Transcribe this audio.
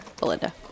Belinda